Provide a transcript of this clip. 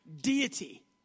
deity